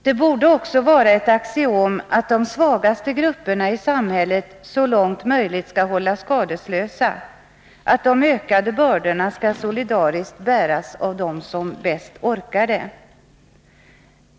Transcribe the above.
Det borde också vara ett axiom, att de svagaste grupperna i samhället så långt möjligt skall hållas skadeslösa, att de ökade bördorna skall solidariskt bäras av dem som bäst orkar det.